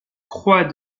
croix